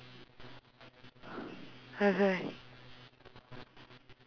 that's why